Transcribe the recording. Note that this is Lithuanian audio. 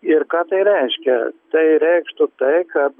ir ką tai reiškia tai reikštų tai kad